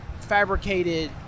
fabricated